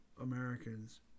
Americans